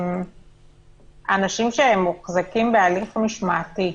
אנשים שהם מוחזקים בהליך משמעתי,